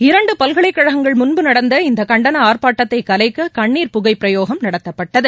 இரண்டு பல்கலைக்கழகங்கள் முன்பு நடந்த இந்த கண்டன ஆர்ப்பாட்டத்தை கலைக்க கண்ணீர் புகைப் பிரயோகம் நடத்தப்பட்டது